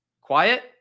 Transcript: Quiet